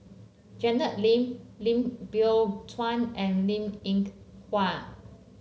Janet Lim Lim Biow Chuan and Linn Ink Hua